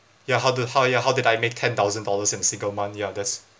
ya how do how ya how did I make ten thousand dollars in a single month ya that's